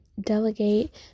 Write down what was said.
delegate